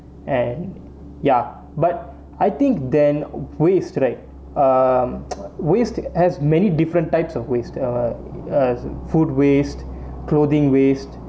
and ya but I think then waste right um waste has many different types of waste uh uh food waste clothing waste